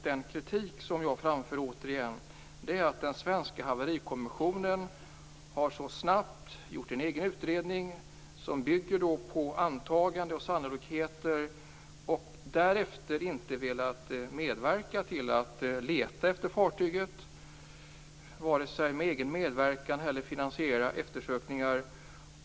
Den kritik som jag återigen framför är att den svenska haverikommissionen så snabbt har gjort en egen utredning som bygger på antaganden och sannolikheter och därefter inte velat medverka till att leta efter fartyget, vare sig genom att själv medverka eller genom att finansiera eftersökningar.